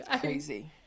Crazy